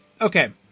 Okay